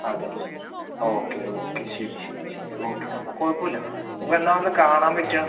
അതെ അല്ലെ okay okay ശരി ശരി ശരി ഓക്കെ അപ്പോൾ കുഴപ്പമില്ല ഇതിപ്പോൾ എന്നാൽ ഒന്ന് കാണാൻ പറ്റുക